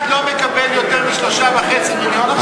אז אף אחד לא מקבל יותר מ-3.5 מיליון עכשיו?